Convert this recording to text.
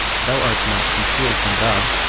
thou art not concealed from god,